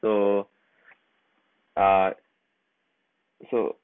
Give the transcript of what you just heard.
so uh so